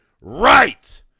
Right